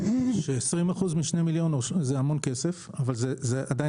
20% משני מיליון זה המון כסף אבל עדין